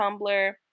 Tumblr